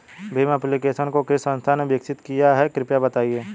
Bhim application को किस संस्था ने विकसित किया है कृपया बताइए?